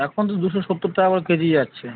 এখন তো দুশো সত্তর টাকা করে কেজি যাচ্ছে